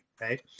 Right